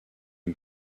une